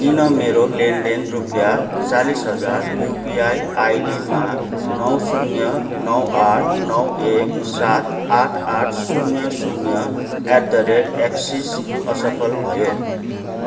किन मेरो लेनदेन रुपियाँ चालीस हजार यूपीआई आईडीमा नौ शून्य नौ आठ नौ एक सात आठ आठ शून्य शून्य एट द रेट एक्सिस असफल भयो